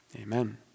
Amen